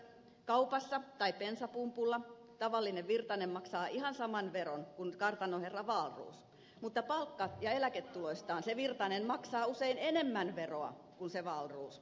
kaupassa tai bensapumpulla tavallinen virtanen maksaa ihan saman veron kuin kartanonherra wahlroos mutta palkka tai eläketuloistaan se virtanen maksaa usein enemmän veroa kuin se wahlroos